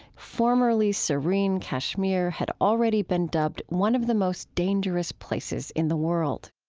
formerly serene kashmir had already been dubbed one of the most dangerous places in the world